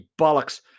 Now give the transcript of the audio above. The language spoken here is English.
bollocks